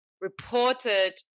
reported